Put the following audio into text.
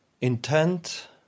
Intent